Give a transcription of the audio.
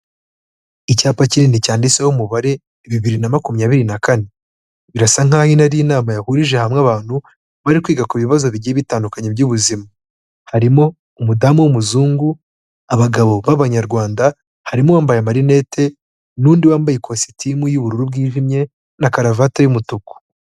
Icyapa kinini cyanditseho umubare bibiri na makumyabiri na kane. Birasa nk'aho ino ari inama yahurije hamwe abantu, bari kwiga ku bibazo bigiye bitandukanye by'ubuzima. Harimo umudamu w'umuzungu, abagabo b'Abanyarwanda, harimo uwambaye amarinete n'undi wambaye ikositimu y'ubururu bwijimye, na karuvati y'umutuku.